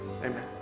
Amen